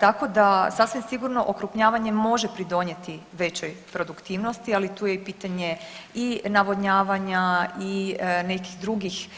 Tako da sasvim sigurno okrupnjavanje može pridonijeti većoj produktivnosti, ali tu je i pitanje i navodnjavanja i nekih drugih